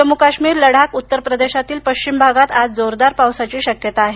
जम्मूकाश्मीर लडाख उत्तरप्रदेशातील पश्चिम भागात आज जोरदार पावसाची शक्यता आहे